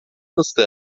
nasıl